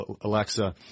Alexa